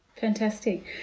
Fantastic